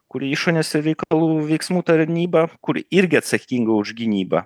kuri išorės reikalų veiksmų tarnyba kur irgi atsakinga už gynybą